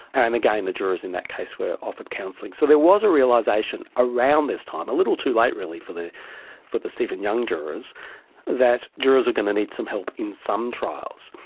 and again, the jurors in that case were offered counselling. so there was a realisation around this time a little too late, really for the for the stephen young jurors that jurors are going to need some help in some trials.